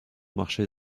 marché